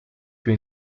più